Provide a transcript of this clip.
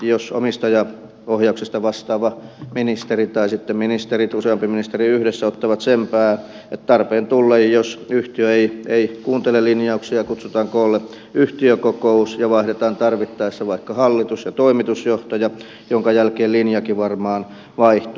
jos omistajaohjauksesta vastaava ministeri tai sitten ministerit useampi ministeri yhdessä ottavat sen pään että tarpeen tullen jos yhtiö ei kuuntele linjauksia kutsutaan koolle yhtiökokous ja vaihdetaan tarvittaessa vaikka hallitus ja toimitusjohtaja minkä jälkeen linjakin varmaan vaihtuu